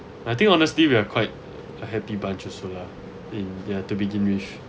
I think honestly we are quite a happy bunch also lah in ya to begin with